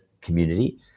community